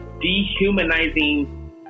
dehumanizing